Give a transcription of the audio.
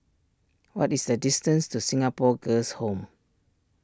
what is the distance to Singapore Girls' Home